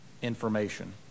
information